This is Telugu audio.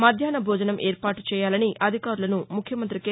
మధ్యాహ్న భోజనం ఏర్పాటు చేయాలని అధికారులను ముఖ్యమంతి కె